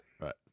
right